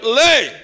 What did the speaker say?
lay